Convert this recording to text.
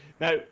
Now